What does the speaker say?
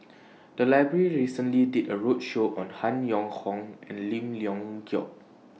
The Library recently did A roadshow on Han Yong Hong and Lim Leong Geok